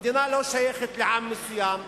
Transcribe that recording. המדינה לא שייכת לעם מסוים,